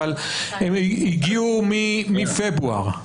אבל הם הגיעו מפברואר.